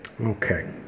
Okay